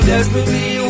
Desperately